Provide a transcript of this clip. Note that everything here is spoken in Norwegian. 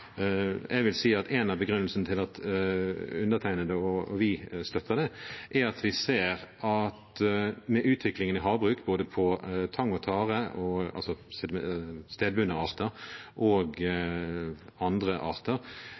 En av begrunnelsene til at vi støtter det, er at vi ser at utviklingen innen havbruk, når det gjelder både tang og tare, altså stedbundne arter, og andre arter,